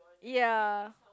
ya